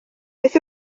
beth